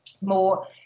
more